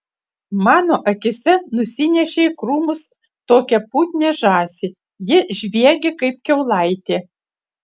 mano akyse nusinešė į krūmus tokią putnią žąsį ji žviegė kaip kiaulaitė